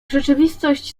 rzeczywistość